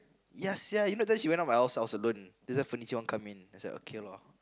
ya sia you know then she went up my house I was alone that's why furniture keep on coming I was like okay lor